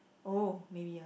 oh maybe ah